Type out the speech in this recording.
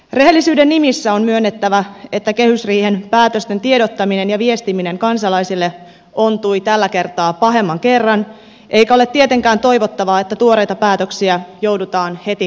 rehellisyyden nimissä on myönnettävä että kehysriihen päätösten tiedottaminen ja viestiminen kansalaisille ontui tällä kertaa pahemman kerran eikä ole tietenkään toivottavaa että tuoreita päätöksiä joudutaan heti korjaamaan